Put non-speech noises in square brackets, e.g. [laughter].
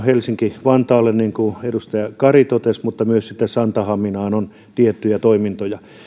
[unintelligible] helsinki vantaalle niin kuin edustaja kari totesi mutta sitten myös santahaminaan tiettyjä toimintoja